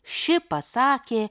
ši pasakė